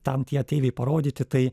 ten tie ateiviai parodyti tai